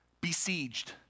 besieged